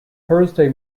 thursday